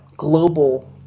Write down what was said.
Global